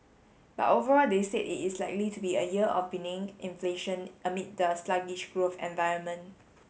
but overall they said it is likely to be a year of benign inflation amid the sluggish growth environment